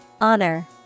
Honor